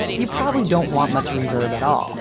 you probably don't want much reverb at all